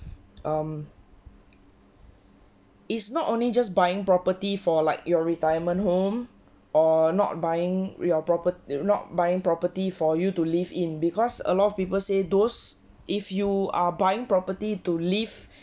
um it's not only just buying property for like your retirement home or not buying your propert~ not buying property for you to live in because a lot of people say those if you are buying property to live